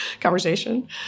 conversation